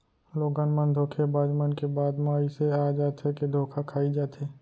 लोगन मन धोखेबाज मन के बात म अइसे आ जाथे के धोखा खाई जाथे